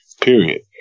period